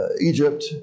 Egypt